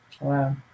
wow